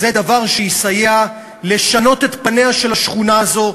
זה דבר שיסייע לשנות את פניה של השכונה הזאת,